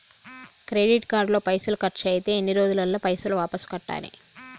Credit card లో పైసల్ ఖర్చయితే ఎన్ని రోజులల్ల పైసల్ వాపస్ కట్టాలే?